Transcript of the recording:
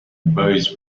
boys